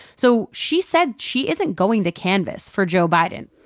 so she said she isn't going to canvas for joe biden.